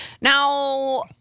Now